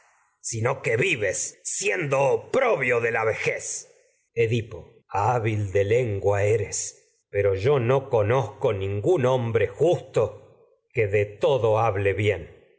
sino que vives siendo oprobio de la vejez edipo hábil de lengua eres pero yo no conozco ningún hombre justo que de todo creonte hable bien